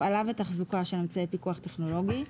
הפעלה ותחזוקה של אמצעי פיקוח טכנולוגי,